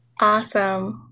Awesome